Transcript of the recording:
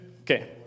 Okay